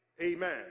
Amen